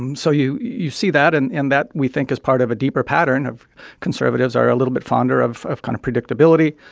um so you you see that. and and that, we think, is part of a deeper pattern of conservatives are a little bit fonder of of kind of predictability,